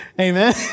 amen